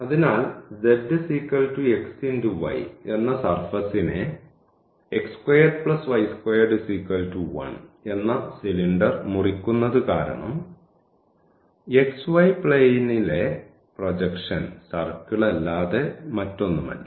അതിനാൽ എന്ന സർഫസിനെ എന്ന സിലിണ്ടർ മുറിക്കുന്നത് കാരണം xy പ്ലെയ്നിനിലെ പ്രൊജക്ഷൻ സർക്കിൾ അല്ലാതെ ഒന്നുമല്ല